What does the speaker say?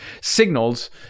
signals